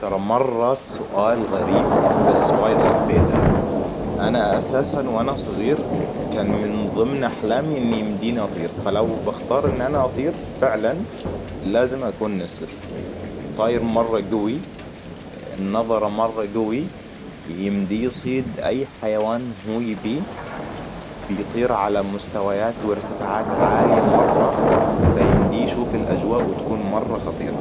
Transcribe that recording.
ترى مرة سؤال غريب بس وايد حبيته. انا اساساً وانا صغير كان من ضمن أحلامي إن يمديني اطير. فلو بختار إن أنا اطير فعلاً لازم اكون نسر. طاير مرة قوي النظرة مرة قوي يمديه يصيد اي حيوان هو يبيه بيطير على مستويات وارتفاعات عالية مرة. فيمديه يشوف الاجواء وتكون مرة خطيرة